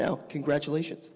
no congratulations